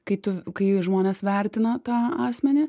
kai tu kai žmonės vertina tą asmenį